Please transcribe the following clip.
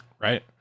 right